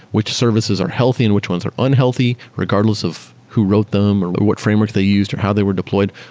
which services are healthy and which ones are unhealthy, regardless of who wrote them or what frameworks they used, or how they were deployed?